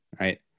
right